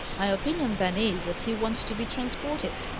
my opinion then, is, that he wants to be transported,